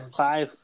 five